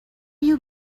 you